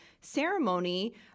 ceremony